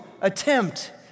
attempt